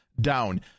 down